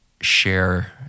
share